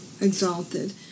exalted